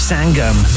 Sangam